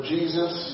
Jesus